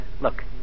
Look